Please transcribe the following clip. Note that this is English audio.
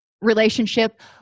relationship